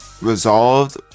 resolved